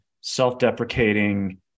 self-deprecating